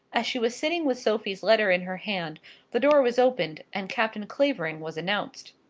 as she was sitting with sophie's letter in her hand the door was opened, and captain clavering was announced.